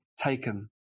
taken